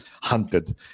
hunted